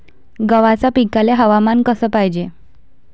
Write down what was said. गव्हाच्या पिकाले हवामान कस पायजे?